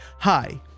Hi